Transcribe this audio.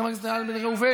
חבר הכנסת איל בן ראובן,